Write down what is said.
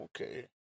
Okay